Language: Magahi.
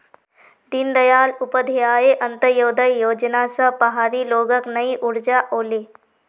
दीनदयाल उपाध्याय अंत्योदय योजना स पहाड़ी लोगक नई ऊर्जा ओले